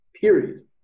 period